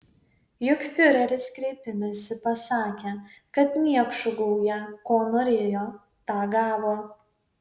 juk fiureris kreipimesi pasakė kad niekšų gauja ko norėjo tą gavo